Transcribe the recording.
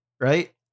right